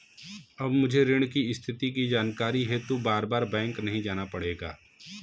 अब मुझे ऋण की स्थिति की जानकारी हेतु बारबार बैंक नहीं जाना पड़ेगा